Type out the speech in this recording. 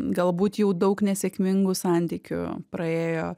galbūt jau daug nesėkmingų santykių praėjo